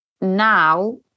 now